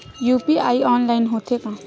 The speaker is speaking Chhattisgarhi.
यू.पी.आई ऑनलाइन होथे का?